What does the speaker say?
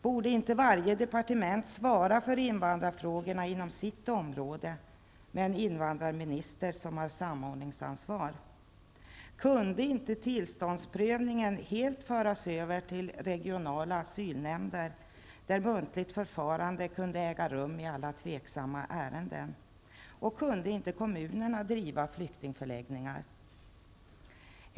Borde inte varje departement svara för invandrarfrågorna inom sitt område, medan en invandrarminister har samordningsansvar? Kunde inte tillståndsprövning helt föras över till regionala asylnämnder där muntligt förfarande kunde äga rum i alla tveksamma ärenden, och kunde inte kommunerna driva flyktingförläggningar?